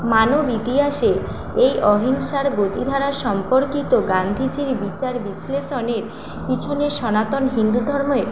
মানব ইতিহাসে এই অহিংসার গতিধারা সম্পর্কিত গান্ধীজির বিচার বিশ্লেষণের পিছনে সনাতন হিন্দু ধর্মের